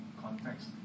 context